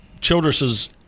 childress's